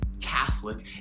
Catholic